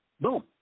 Boom